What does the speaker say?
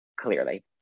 Clearly